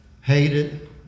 hated